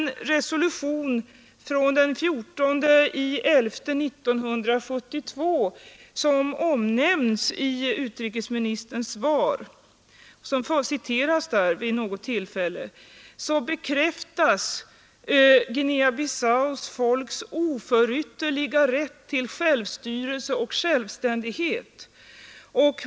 I resolutionen den 14 november 1972, som omnämns i utrikesministerns svar och citeras vid något tillfälle, bekräftas Guinea-Bissaus folks oförytterliga rätt till självstyrelse och självständighet.